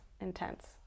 intense